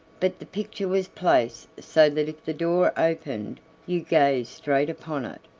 but the picture was placed so that if the door opened you gazed straight upon it,